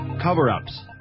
cover-ups